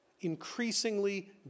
increasingly